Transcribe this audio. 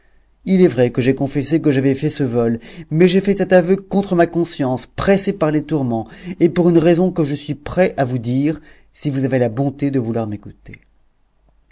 il est vrai que j'ai confessé que j'avais fait ce vol mais j'ai fait cet aveu contre ma conscience pressé par les tourments et pour une raison que je suis prêt à vous dire si vous avez la bonté de vouloir m'écouter